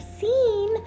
seen